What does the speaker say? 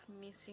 missing